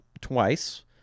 twice